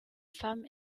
femme